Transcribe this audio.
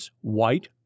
White